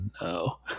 no